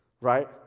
right